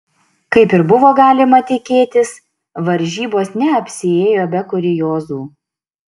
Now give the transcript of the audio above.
kaip ir buvo galima tikėtis varžybos neapsiėjo be kuriozų